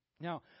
Now